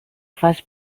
fas